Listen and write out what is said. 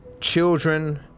children